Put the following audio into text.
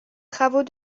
travaux